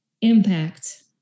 impact